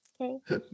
Okay